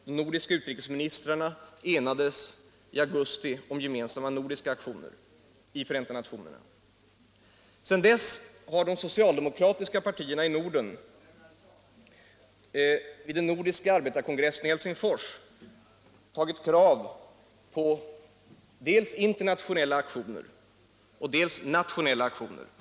De nordiska utrikesministrarna enades i augusti 16 december 1976 om gemensamma nordiska aktioner i Förenta nationerna. ker ANG Sedan dess har de socialdemokratiska partierna i Norden vid den nordiska — Förbud mot svenska arbetarkongressen i Helsingfors ställt krav på dels internationella aktioner, — investeringar i dels nationella aktioner.